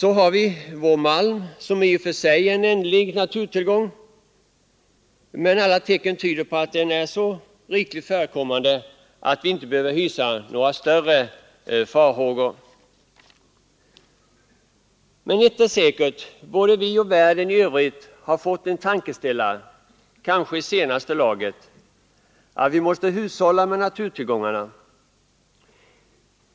Så har vi vår malm som i och för sig är en ändlig naturtillgång, men alla tecken tyder på att den är så rikligt förekommande att vi inte behöver hysa några större farhågor. Ett är emellertid säkert: både vi och världen i övrigt har fått en tankeställare — kanske i senaste laget — att vi måste hushålla med naturtillgångarna.